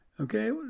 Okay